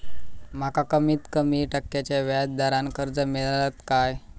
माका कमीत कमी टक्क्याच्या व्याज दरान कर्ज मेलात काय?